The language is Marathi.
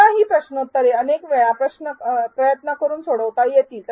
पुन्हा ही प्रश्नोत्तरे अनेक वेळा प्रयत्न करून सोडवता येतील